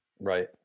Right